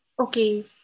Okay